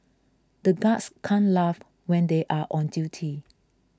the guards can't laugh when they are on duty